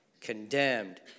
condemned